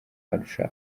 arusha